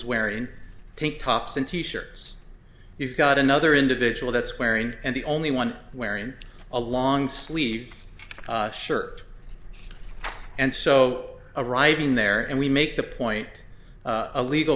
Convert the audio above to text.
wearing pink tops and t shirts you've got another individual that's wearing and the only one wearing a long sleeved shirt and so arriving there and we make the point a legal